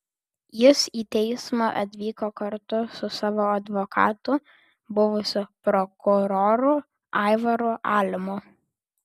jis į teismą atvyko kartu su savo advokatu buvusiu prokuroru aivaru alimu